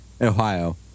Ohio